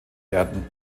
werden